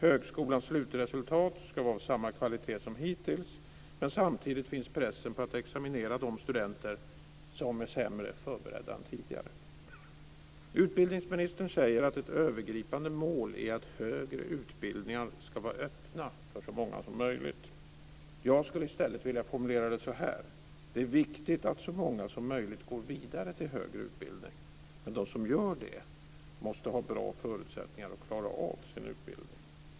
Högskolans slutresultat ska vara av samma kvalitet som hittills, men samtidigt finns pressen på att examinera de studenter som är sämre förberedda än tidigare. Utbildningsministern säger att ett övergripande mål är att högre utbildningar ska vara öppna för så många som möjligt. Jag skulle i stället vilja formulera det så här: Det är viktigt att så många som möjligt går vidare till högre utbildning, men de som gör det måste ha bra förutsättningar att klara sin utbildning.